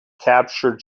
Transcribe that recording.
captured